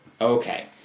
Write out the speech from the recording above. Okay